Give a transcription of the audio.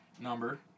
number